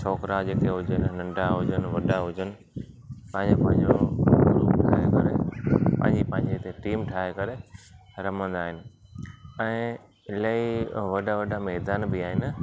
छोकिरा जेके हुजनि नंढा हुजनि वॾा हुजनि पंहिंजो पंहिंजो ग्रुप ठाहे करे पंहिंजी पंहिंजी हिते टीम ठाहे करे रमंदा आहिनि ऐं इलाही वॾा वॾा मैदान बि आहिनि